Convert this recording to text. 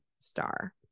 star